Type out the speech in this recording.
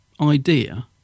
idea